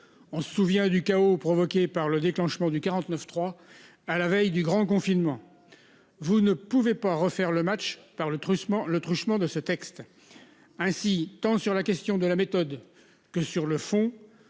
souvient du chaos provoqué par le déclenchement du 49.3. À la veille du grand confinement. Vous ne pouvez pas refaire le match par le truchement le truchement de ce texte. Ainsi, tant sur la question de la méthode que sur le fond